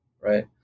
right